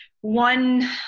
one